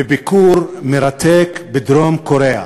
מביקור מרתק בדרום-קוריאה.